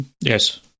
Yes